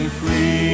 free